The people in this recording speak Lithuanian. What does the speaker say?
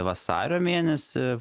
vasario mėnesį